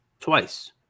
twice